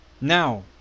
Now